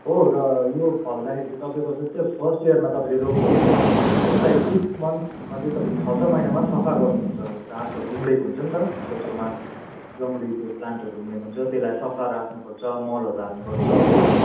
हो र यो फल्दाखेरि चाहिँ तपाईँको जस्तै फर्स्ट इयरमा तपाईँले रोप्नुभयो यसलाई सिक्स मन्थ्समा चाहिँ तपाईँको छ छ महिनामा सफा गर्नुपर्छ घाँसहरू उम्रेको हुन्छ नि त छेउछेउमा जङ्गली त्यो प्लान्टहरू उम्रेको हुन्छ त्यसलाई सफा राख्नुपर्छ मलहरू हाल्नुपर्छ हो